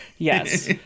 Yes